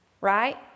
right